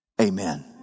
amen